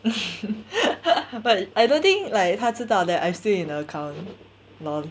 but I don't think like 她知道 that I'm still in her account LOL